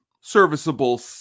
serviceable